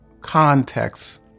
context